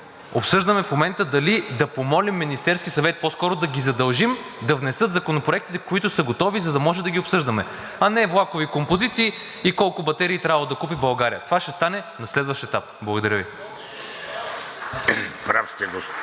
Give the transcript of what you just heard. Обсъждаме в момента дали да помолим Министерския съвет – по-скоро да ги задължим, да внесат законопроектите, които са готови, за да може да ги обсъждаме, а не влакови композиции и колко батерии трябвало да купи България. Това ще стане на следващ етап. Благодаря Ви. (Ръкопляскания